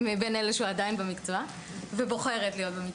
אני מאלה שעדיין במקצוע ובוחרת להיות במקצוע.